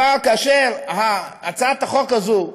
אבל כבר כאשר הצעת החוק הזו,